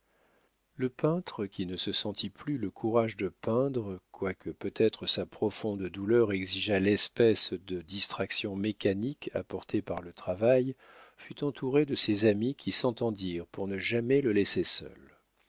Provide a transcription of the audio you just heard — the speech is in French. le peintre qui ne se sentit plus le courage de peindre quoique peut-être sa profonde douleur exigeât l'espèce de distraction mécanique apportée par le travail fut entouré de ses amis qui s'entendirent pour ne jamais le laisser seul